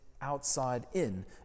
outside-in